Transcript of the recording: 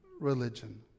religion